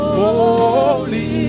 holy